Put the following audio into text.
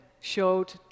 showed